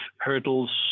hurdles